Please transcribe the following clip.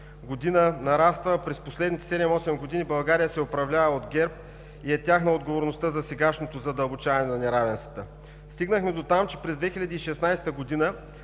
година нараства. През последните 7-8 години управлява ГЕРБ и тяхна е отговорността за сегашното задълбочаване на неравенствата. Стигнахме до там, че през 2016 г.